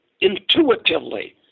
intuitively